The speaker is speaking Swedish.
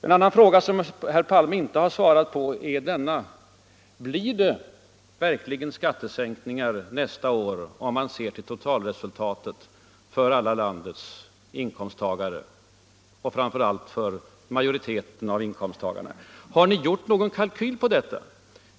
En annan fråga som herr Palme inte svarat på är denna: Blir det verkligen skattesänkningar nästa år, om man ser till totalresultatet för alla landets inkomsttagare och framför allt för majoriteten av inkomsttagarna? Har ni gjort någon kalkyl på detta?